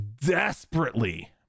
desperately